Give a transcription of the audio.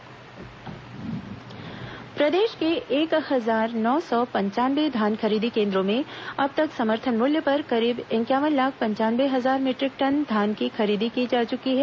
धान खरीदी प्रदेश के एक हजार नौ सौ पंचानवे धान खरीदी केन्द्रों में अब तक समर्थन मूल्य पर करीब इंक्यावन लाख पंचानवे हजार मीटरिक टन धान की खरीदी की जा चुकी है